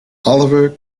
oliver